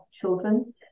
children